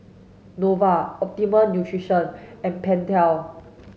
Nova Optimum Nutrition and Pentel